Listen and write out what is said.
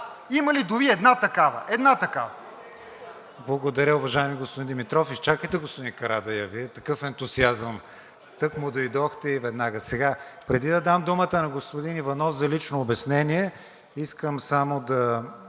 Има ли дори една така,